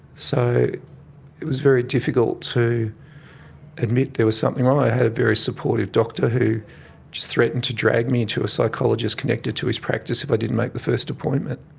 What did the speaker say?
so it was very difficult to admit there was something wrong. i had a very supportive doctor who just threatened to drag me to a psychologist connected to his practice if i didn't make the first appointment.